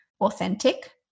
authentic